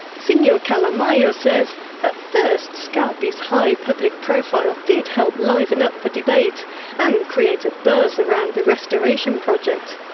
senior calamaio says at first sgarbi's high public profile did help liven up the debate and create a buzz around the restoration project,